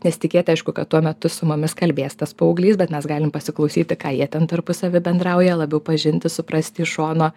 nesitikėti aišku kad tuo metu su mumis kalbės tas paauglys bet mes galim pasiklausyti ką jie ten tarpusavy bendrauja labiau pažinti suprasti iš šono